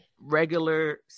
regular